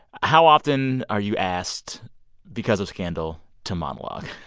how often are you asked because of scandal to monologue?